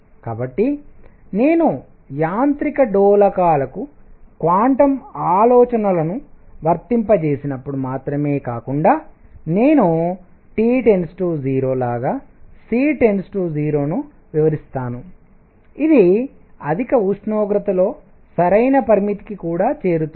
కాబట్టి నేను యాంత్రిక డోలకాలకు క్వాంటం ఆలోచనలను వర్తింపజేసినప్పుడు మాత్రమే కాకుండా నేను T0 లాగా C0 ను వివరిస్తాను ఇది అధిక ఉష్ణోగ్రతలో సరైన పరిమితికి కూడా చేరుతుంది